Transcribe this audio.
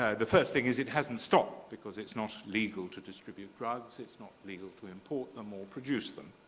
ah the first thing is it hasn't stopped, because it's not legal to distribute drugs, it's not legal to import them or produce them.